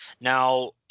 Now